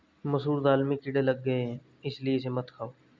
मसूर दाल में कीड़े लग गए है इसलिए इसे मत खाओ